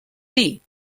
dir